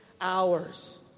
hours